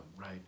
right